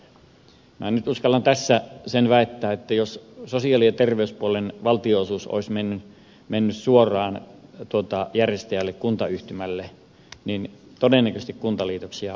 mutta minä nyt uskallan tässä sen väittää että jos sosiaali ja terveyspuolen valtionosuus olisi mennyt suoraan järjestäjälle kuntayhtymälle niin todennäköisesti kuntaliitoksia olisi tullut enemmän